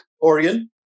oregon